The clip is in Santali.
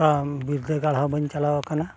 ᱚᱠᱟ ᱵᱤᱨᱫᱟᱹᱜᱟᱲ ᱦᱚᱸ ᱵᱟᱹᱧ ᱪᱟᱞᱟᱣ ᱟᱠᱟᱱᱟ